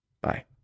Bye